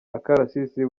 akarasisi